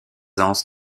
anses